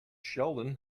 sheldon